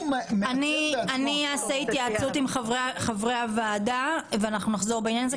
אני אקיים התייעצות עם חברי הוועדה ונחזור בעניין הזה.